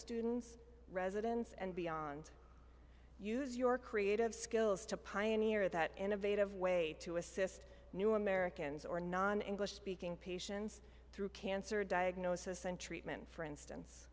students residents and beyond use your creative skills to pioneer that innovative way to assist new americans or non english speaking patients through cancer diagnosis and treatment for instance